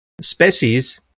species